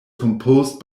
composed